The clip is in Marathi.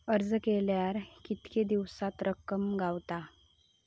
अर्ज केल्यार कीतके दिवसात रक्कम गावता?